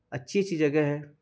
اچھی اچھی جگہ ہے